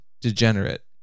degenerate